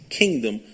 kingdom